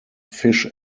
fish